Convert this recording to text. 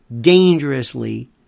dangerously